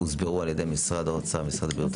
הוסברו על ידי משרד האוצר ומשרד הבריאות,